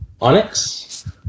Onyx